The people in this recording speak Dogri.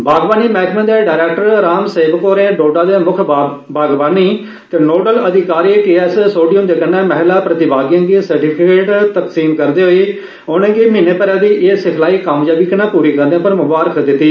बागवानी मैहकमे दे डरैक्टर राम सेवक होरें डोडा दे मुक्ख बागवानी ते नोडल अधिकारी के एस सोढी हुंदे कन्नै महिला प्रतिमागिएं गी सर्टिफिकेट तकसीम करदे होई उनें गी म्हीने भरै दी सिखलाई कामयाबी कन्नै पूरी करने पर मुबारकबाद बी दित्ती